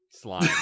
slime